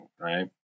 right